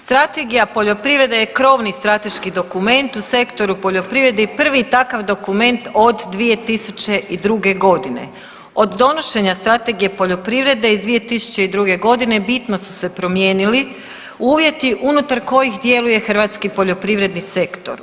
Strategija poljoprivrede je krovni strateški dokument u sektoru poljoprivrede i prvi takav dokument od 2002.g. Od donošenja Strategije poljoprivrede iz 2002.g. bitno su se promijenili uvjeti unutar kojih djeluje hrvatski poljoprivredni sektor.